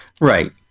Right